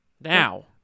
Now